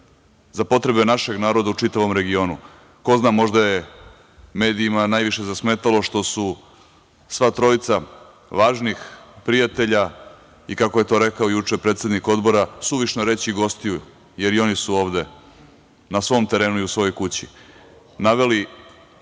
za potrebe našeg naroda u čitavom regionu. Ko zna, možda je medijima zasmetalo najviše što su sva trojica važnih prijatelja i kako je to rekao juče predsednik Odbora, suvišno je reći gostiju, jer i oni su ovde na svom terenu i u svojoj kući, naveli